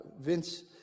Vince